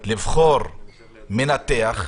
לבחור מנתח,